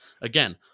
again